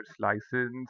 license